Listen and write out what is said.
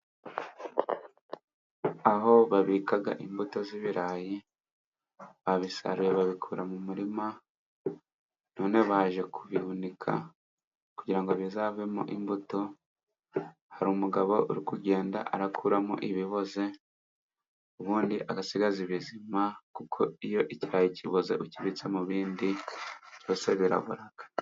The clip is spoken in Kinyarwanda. Aho babika imbuto z'ibirayi. Babisaruye babikura mu murima, none baje kubihunika kugira ngo bizavemo imbuto. Hari umugabo uri kugenda akuramo ibiboze ubundi agasigaza bizima, kuko iyo ikirayi kiboze ukibitse mu bindi, byose birabora.